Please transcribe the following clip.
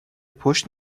پشت